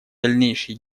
дальнейшие